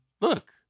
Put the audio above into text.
look